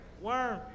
Worm